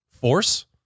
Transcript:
force